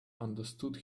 understood